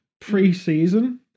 pre-season